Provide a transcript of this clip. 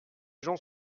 gens